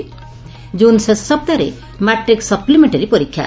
June ଶେଷ ସପ୍ତାହରେ matric ସପ୍ପିମେକ୍କାରୀ ପରୀକ୍ଷା